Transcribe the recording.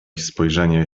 spojrzenie